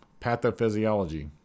Pathophysiology